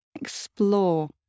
Explore